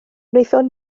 wnaethon